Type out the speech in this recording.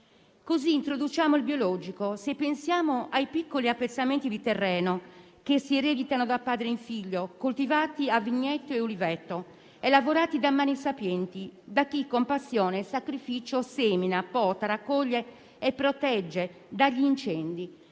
così introduciamo il biologico. Pensiamo ai piccoli appezzamenti di terreno che si ereditano da padre in figlio, coltivati a vigneto e oliveto, e lavorati da mani sapienti, da chi con passione e sacrificio semina, pota, raccoglie e protegge dagli incendi,